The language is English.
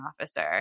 officer